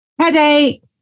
headache